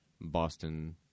Boston